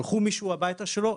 שלחו מישהו הביתה שלו,